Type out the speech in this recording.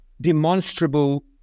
demonstrable